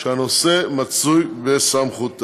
שהנושא הוא בסמכותה.